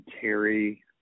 Terry